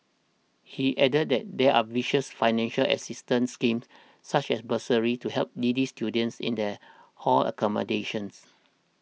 he added that there are vicious financial assistance schemes such as bursaries to help needy students in their hall accommodations